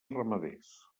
ramaders